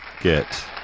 get